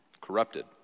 corrupted